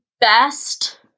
best